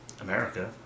America